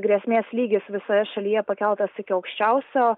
grėsmės lygis visoje šalyje pakeltas iki aukščiausio